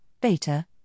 Beta